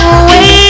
away